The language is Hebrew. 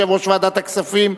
אדוני יושב-ראש ועדת הכספים,